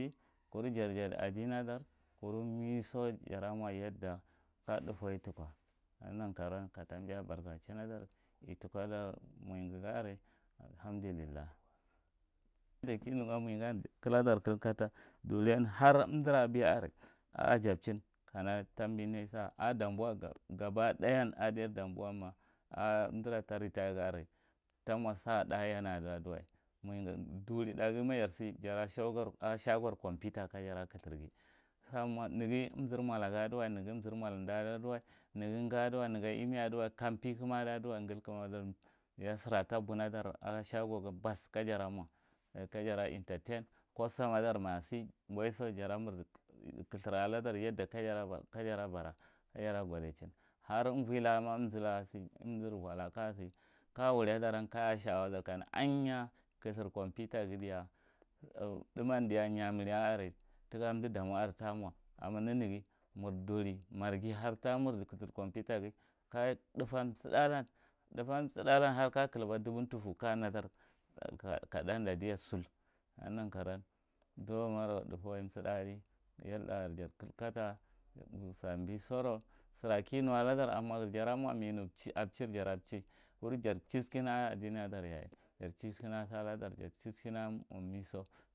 Kuru jarjadi adinna dar kuru miso jara mo yadda kathùfawai tuko kaneghi nan karouwan ka tabi a bar- gochinna dar ituko dar moyeghi ga are alhamdillah. Yadda kinugan moyegan har kiradar kilkata duron har umdira are á ajab chin kana tabi naisa á danboa gaba tháyan ako idai damboa umdira ta ritire ga are tamo sa thá yan ada duwai mowigo duri thághi majar si jara shagor computa kajar clthurs ghi neghi umzir ma da adiwai neghi umzur mola da adiwai neghi ga aduwai neghi imeya duwai kam piku ma aduwai ngal kumadar beya sira tabunna dar ako shago bas kajara mo kajara intetent, custama dar majasi waisa jira mirdi қhathura ladan kajara gudaichin har umvo, laka ma umzir vo laka a sir kasi kaja wuria daran kaja shawa dar kaja nukana anye clthurs computer ghi dia thùmm iyemira are tuka umdu damo are tamo amma neneghi mur duri mur duri marghi har ta mirdi marghi har ta mirdi cthur’ compiterghi ka thùfan su thá dadia sul, ka neghi nan karouwan zumarou tháfawai sulhddá ali yal thá are jar clkata samba sora sira kinu moghir jara mo me nu a chi jara chi kiru jar chiskin aka adinna dar yaye jar chiskin aka salla dar jar chiskin a miso.